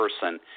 person